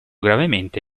gravemente